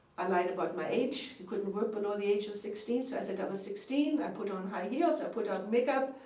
i lied about my age. you couldn't work below the age of sixteen, so i said i was sixteen. i put on high heels, i put on makeup,